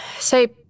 Say